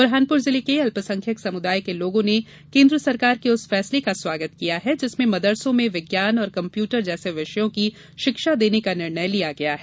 बुरहानपुर जिले के अल्पसंख्यक समुदाय के लोगो ने केन्द सरकार के उस फैसले का हु किया है जिसमें मदरसों में विज्ञान और कंप्यूटर जैसे विषयों की शिक्षा देने का निर्णय लिया गया है